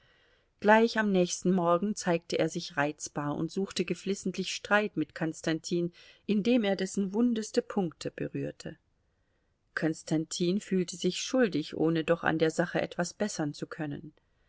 gleich am nächsten morgen zeigte er sich reizbar und suchte geflissentlich streit mit konstantin indem er dessen wundeste punkte berührte konstantin fühlte sich schuldig ohne doch an der sache etwas bessern zu können